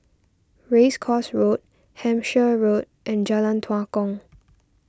Race Course Road Hampshire Road and Jalan Tua Kong